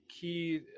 key